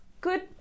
good